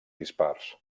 dispars